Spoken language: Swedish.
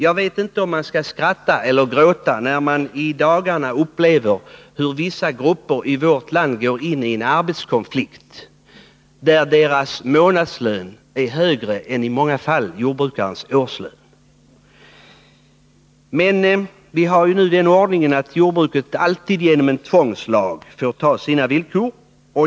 Jag vet inte om man skall skratta eller gråta när man i dagarna upplever hur vissa grupper i vårt land går ini en arbetskonflikt, trots att de har en månadslön som är högre än i många fall jordbrukarens årslön. Men vi har ju den ordningen att jordbruket alltid genom en tvångslag får ta sina villkor.